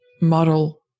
model